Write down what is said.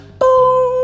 boom